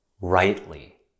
Rightly